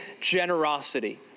generosity